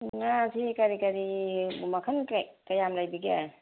ꯉꯥꯁꯤ ꯀꯔꯤ ꯀꯔꯤ ꯃꯈꯜ ꯀꯌꯥꯝ ꯂꯩꯕꯤꯒꯦ